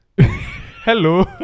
hello